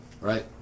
right